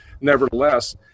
nevertheless